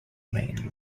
main